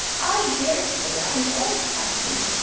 i daresay i am old-fashioned,